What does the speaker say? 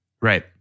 Right